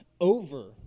over